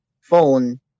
phone